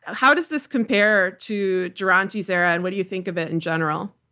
how does this compare to duranty's era and what do you think of it in general?